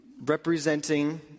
representing